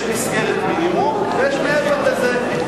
יש מסגרת מינימום ויש מעבר לזה.